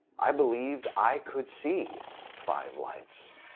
i believed i could see five lights.